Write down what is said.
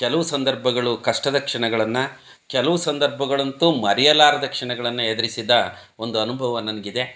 ಕೆಲವು ಸಂದರ್ಭಗಳು ಕಷ್ಟದ ಕ್ಷಣಗಳನ್ನು ಕೆಲವು ಸಂದರ್ಭಗಳಂತೂ ಮರೆಯಲಾರದ ಕ್ಷಣಗಳನ್ನು ಎದುರಿಸಿದ ಒಂದು ಅನುಭವ ನನಗಿದೆ